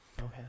Okay